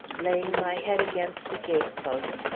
laying my head against the gate-post,